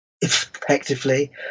effectively